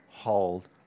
hold